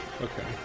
Okay